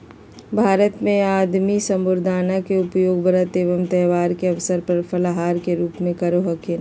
भारत में आदमी साबूदाना के उपयोग व्रत एवं त्यौहार के अवसर पर फलाहार के रूप में करो हखिन